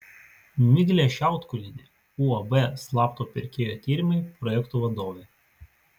miglė šiautkulienė uab slapto pirkėjo tyrimai projektų vadovė